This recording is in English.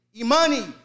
Imani